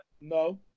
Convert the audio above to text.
No